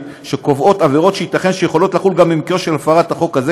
שקובעת עבירות שעשויות לחול גם במקרה של הפרת החוק הזה.